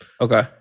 Okay